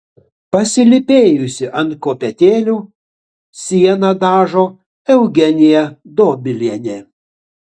pasilypėjusi ant kopėtėlių sieną dažo eugenija dobilienė